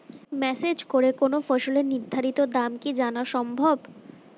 Message করে কোন ফসলের নির্ধারিত দাম কি জানা সম্ভব?